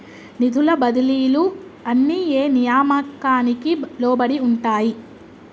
నిధుల బదిలీలు అన్ని ఏ నియామకానికి లోబడి ఉంటాయి?